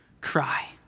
cry